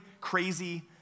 crazy